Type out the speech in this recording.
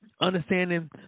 understanding